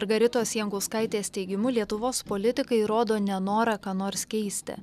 margaritos jankauskaitės teigimu lietuvos politikai rodo nenorą ką nors keisti